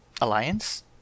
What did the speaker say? Alliance